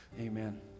Amen